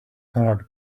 heart